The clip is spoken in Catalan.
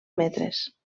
metres